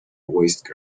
waste